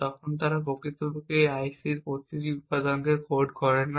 তখন তারা প্রকৃতপক্ষে সেই আইসির প্রতিটি উপাদানকে কোড করে না